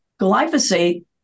Glyphosate